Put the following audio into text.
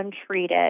untreated